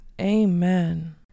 Amen